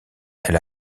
elle